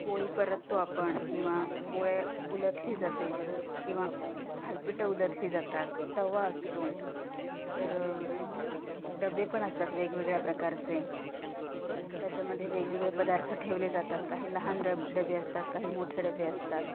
पोळी परततो आपण किंवा पोळे उलतली जाते किंवा थालीपिठं उलतली जातात तवा असतो तर डबे पण असतात वेगवेगळ्या प्रकारचे त्याच्यामध्ये वेगवेगळे पदार्थ ठेवले जातात काही लहान डबे डबे असतात काही मोठे डबे असतात